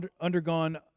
undergone